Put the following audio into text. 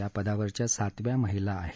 या पदावरच्या सातव्या महिला आहेत